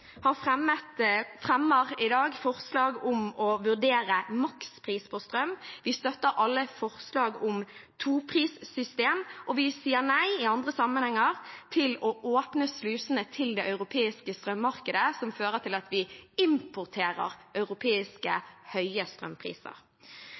fremmer i dag forslag om å vurdere makspris på strøm. Vi støtter alle forslag om toprissystem, og vi sier nei i andre sammenhenger til å åpne slusene til det europeiske strømmarkedet, som fører til at vi importerer europeiske